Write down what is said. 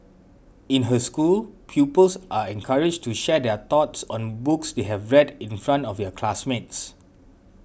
in her school pupils are encouraged to share their thoughts on books they have read in front of their classmates